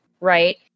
Right